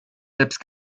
selbst